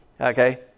Okay